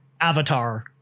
Avatar